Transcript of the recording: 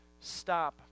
stop